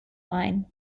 line